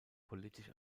politisch